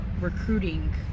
recruiting